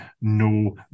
no